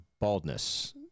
baldness